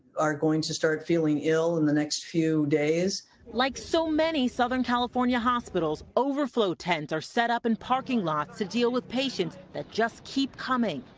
are going to start feeling ill in the next few days. reporter like so many southern california hospitals over flow tents are set up in parking lots to deal with patients that just keep coming.